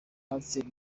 pasteur